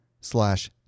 slash